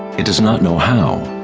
it does not know how.